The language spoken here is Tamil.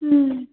ம்